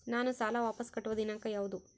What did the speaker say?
ನಾನು ಸಾಲ ವಾಪಸ್ ಕಟ್ಟುವ ದಿನಾಂಕ ಯಾವುದು?